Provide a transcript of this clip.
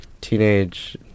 teenage